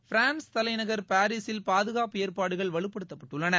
France தலைநகர் பாரிஸில் பாதுகாப்பு ஏற்பாடுகள் வலுப்படுத்தப்பட்டுள்ளன